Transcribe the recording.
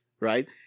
right